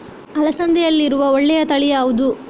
ಅಲಸಂದೆಯಲ್ಲಿರುವ ಒಳ್ಳೆಯ ತಳಿ ಯಾವ್ದು?